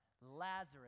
Lazarus